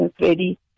ready